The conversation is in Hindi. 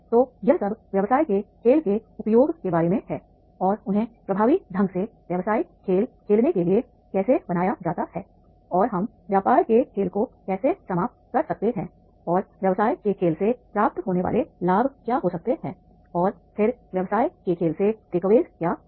तो यह सब व्यवसाय के खेल के उपयोग के बारे में है और उन्हें प्रभावी ढंग से व्यवसायिक खेल खेलने के लिए कैसे बनाया जाता है और हम व्यापार के खेल को कैसे समाप्त कर सकते हैं और व्यवसाय के खेल से प्राप्त होने वाले लाभ क्या हो सकते हैं और फिर व्यवसाय के खेल से takeaways क्या हैं